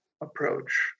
approach